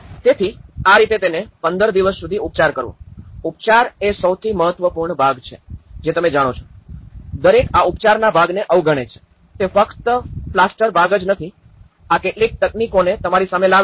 તેથી આ રીતે તેને ૧૫ દિવસ સુધી ઉપચાર કરવો ઉપચાર એ સૌથી મહત્વપૂર્ણ ભાગ છે જે તમે જાણો છો દરેક આ ઉપચારના ભાગને અવગણે છે તે ફક્ત પ્લાસ્ટર ભાગ જ નથી આ કેટલીક તકનીકોને તમારી સામે લાવે છે